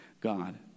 God